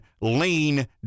lean